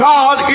God